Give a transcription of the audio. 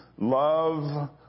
love